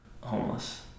homeless